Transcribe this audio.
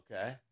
Okay